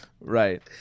right